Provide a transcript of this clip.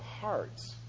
hearts